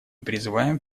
призываем